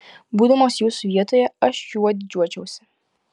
būdamas jūsų vietoje aš juo didžiuočiausi